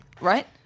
Right